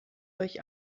euch